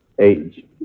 age